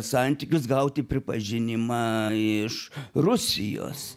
santykius gauti pripažinimą iš rusijos